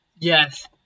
yes